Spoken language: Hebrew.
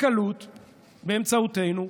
בקלות באמצעותנו.